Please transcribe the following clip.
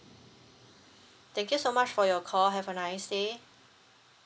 thank you so much for your call have a nice day